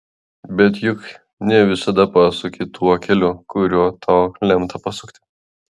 bet juk ne visada pasuki tuo keliu kuriuo tau lemta pasukti